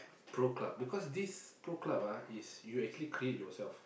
Pro Club because this Pro Club ah is you actually create it yourself